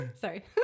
Sorry